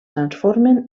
transformen